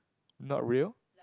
not real